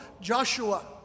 Joshua